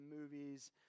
movies